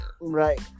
Right